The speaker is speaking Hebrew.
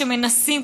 שמנסים,